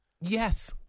Yes